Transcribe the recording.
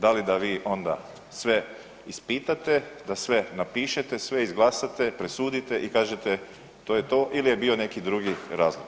Da li da vi onda sve ispitate, da sve napišete, sve izglasate, presudite i kažete to je to ili je bio neki drugi razlog.